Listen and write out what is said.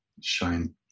shine